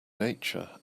nature